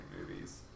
movies